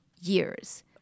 years